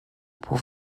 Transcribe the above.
pour